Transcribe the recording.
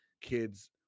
kids